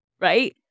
Right